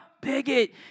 bigot